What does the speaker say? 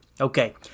Okay